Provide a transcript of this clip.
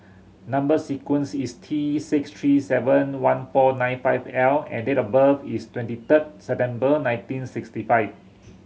number sequence is T six three seven one four nine five L and date of birth is twenty third September nineteen sixty five